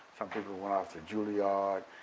some people who went off to julliard,